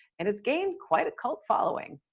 and it's gained quite a cult following.